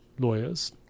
lawyers